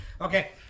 Okay